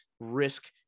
risk